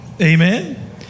Amen